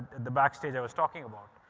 the backstage i was talking about,